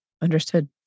Understood